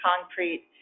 concrete